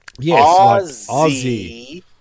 Aussie